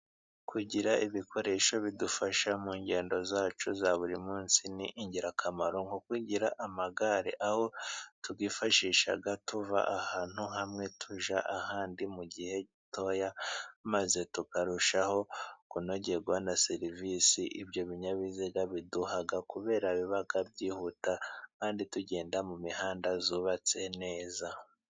Kugira ibikoresho bidufasha mu ngendo zacu za buri munsi ni ingirakamaro nko kugira amagare aho tuyifashisha, tuva ahantu hamwe tujya ahandi mu gihe gitoya, maze tukarushaho kunogerwa na serivisi ibyo binyabiziga biduha, kubera biba byihuta kandi tugenda mu mihanda yubatse neza.